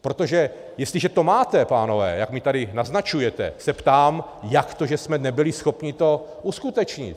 Protože jestliže to máte, pánové, jak mi tady naznačujete, tak se ptám, jak to, že jsme nebyli schopni to uskutečnit.